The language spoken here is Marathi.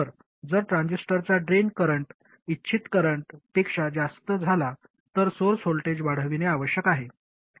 तर जर ट्रान्झिस्टरचा ड्रेन करंट इच्छित करंट पेक्षा जास्त झाला तर सोर्स व्होल्टेज वाढविणे आवश्यक आहे